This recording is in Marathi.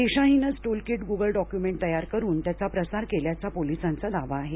दिशा हिनंच टूलकीट गुगल डॉक्युमेंट तयार करून त्यांचा प्रसार केल्याचा पोलिसांचा दावा आहे